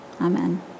Amen